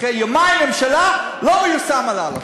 אחרי יומיים ממשלה, לא מיושם דוח אלאלוף.